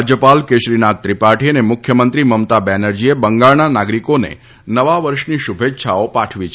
રાજયપાલ કેશરીનાથ ત્રિપાઠી અને મુખ્યમંત્રી મમતા બેનર્જીએ બંગાળના નાગરીકોને નવા વર્ષની શુભે ચ્છાઓ પાઠવી છે